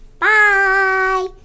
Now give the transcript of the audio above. Bye